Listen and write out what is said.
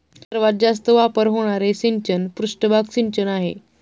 सर्वात जास्त वापर होणारे सिंचन पृष्ठभाग सिंचन आहे